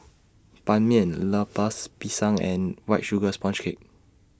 Ban Mian Lempers Pisang and White Sugar Sponge Cake